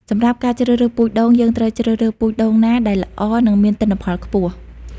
សម្រាប់ការជ្រើសរើសពូជដូង យើងត្រូវជ្រើសរើសពូជដូងណាដែលល្អ និងមានទិន្នផលខ្ពស់។